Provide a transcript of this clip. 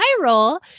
viral